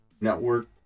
network